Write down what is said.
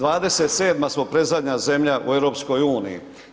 27. smo predzadnja zemlja u EU-u.